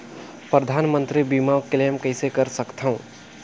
परधानमंतरी मंतरी बीमा क्लेम कइसे कर सकथव?